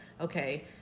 okay